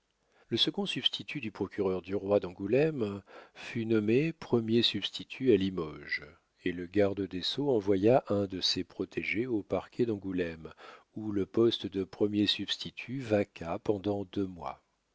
le second substitut du procureur du roi d'angoulême fut nommé premier substitut à limoges et le garde des sceaux envoya un de ses protégés au parquet d'angoulême où le poste de premier substitut vaqua pendant deux mois